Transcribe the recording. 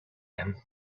him